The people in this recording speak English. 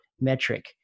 metric